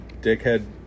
dickhead